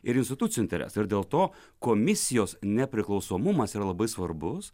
ir institucijų interesą ir dėl to komisijos nepriklausomumas yra labai svarbus